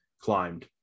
climbed